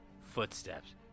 footsteps